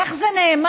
איך זה נאמר,